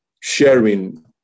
sharing